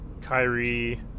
Kyrie